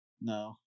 no